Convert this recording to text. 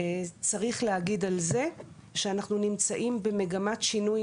צריך להגיד על זה שאנחנו נמצאים במגמת שינוי,